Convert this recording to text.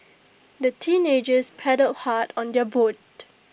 the teenagers paddled hard on their boat